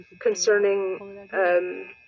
concerning